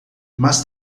mas